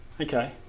Okay